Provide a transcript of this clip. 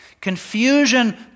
Confusion